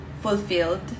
fulfilled